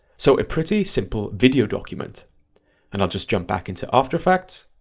so a pretty simple video document and i'll just jump back into after effects.